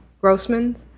Grossman's